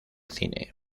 cine